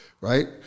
right